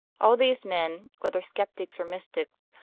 all these men, whether skeptics or mystics,